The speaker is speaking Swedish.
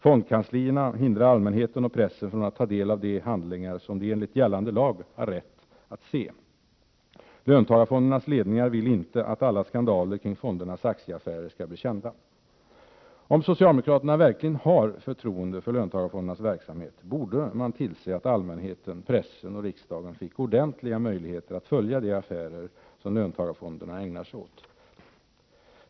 Fondkanslierna hindrar allmänheten och pressen från att ta del av de handlingar som de enligt gällande lag har rätt att se. Löntagarfondernas ledningar vill inte att alla skandaler kring fondernas aktieaffärer skall bli kända. Om socialdemokraterna verkligen har förtroende för löntagarfondernas verksamhet borde man tillse att allmänheten, pressen och riksdagen fick ordentliga möjligheter att följa de affärer som löntagarfonderna ägnar sig åt.